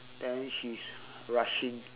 then she's rushing